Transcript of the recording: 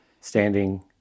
standing